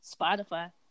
Spotify